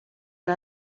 que